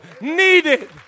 needed